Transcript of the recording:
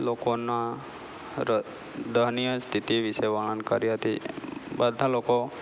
લોકોની ર દયનિય સ્થિતિ વિશે વર્ણન કરી હતી બધા લોકો